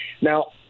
Now